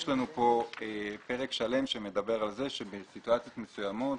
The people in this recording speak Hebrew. יש לנו כאן פרק שלם שמדבר על כך שבסיטואציות מסוימות,